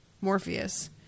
Morpheus